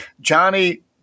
Johnny